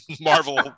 Marvel